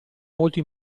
molto